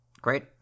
Great